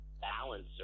balancer